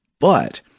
But-